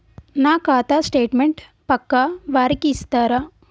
నా ఖాతా స్టేట్మెంట్ పక్కా వారికి ఇస్తరా?